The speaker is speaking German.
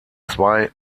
zwei